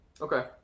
Okay